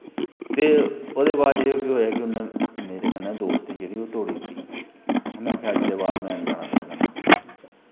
ते ओह्दे बाद च केह् होएआ कि उन्नै मेरै कन्नै दोस्ती जेह्ड़ा ओह् तोड़ी दित्ती उ'न्नै आक्खेआ अज्ज दे बाद में नी जाना तेरे कन्नै